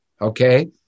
Okay